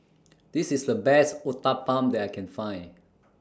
This IS The Best Uthapam that I Can Find